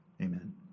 Amen